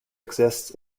exists